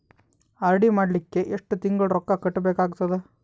RD ಮಾಡಲಿಕ್ಕ ಎಷ್ಟು ತಿಂಗಳ ರೊಕ್ಕ ಕಟ್ಟಬೇಕಾಗತದ?